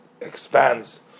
expands